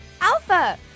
Alpha